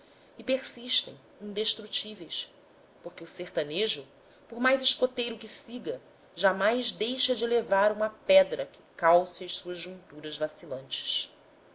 e persistem indestrutíveis porque o sertanejo por mais escoteiro que siga jamais deixa de levar uma pedra que calce as suas junturas vacilantes